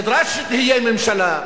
נדרש שתהיה ממשלה,